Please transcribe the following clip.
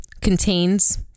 contains